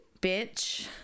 Bitch